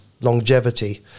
longevity